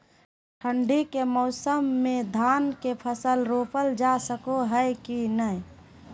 ठंडी के मौसम में धान के फसल रोपल जा सको है कि नय?